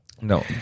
No